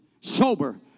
sober